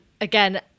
again